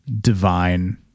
divine